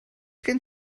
gen